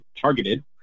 targeted